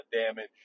damage